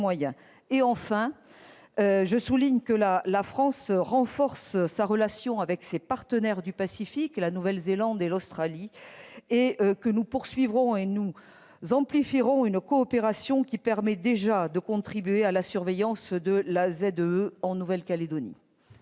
Enfin, je souligne que la France renforce sa relation avec ses partenaires du Pacifique, la Nouvelle-Zélande et l'Australie. Nous poursuivrons et amplifierons une coopération qui permet déjà de contribuer à la surveillance de la ZEE de la Nouvelle-Calédonie.